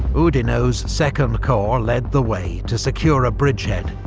oudinot's second corps led the way, to secure a bridgehead,